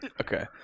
Okay